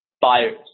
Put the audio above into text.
buyers